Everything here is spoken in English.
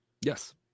yes